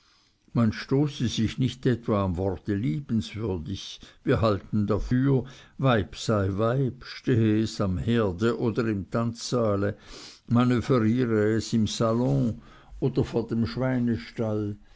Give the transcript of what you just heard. man stoße sich nicht etwa am worte liebenswürdig wir halten dafür weib sei weib stehe es am herde oder im tanzsaale manöveriere es im salon oder vor dem schweinestall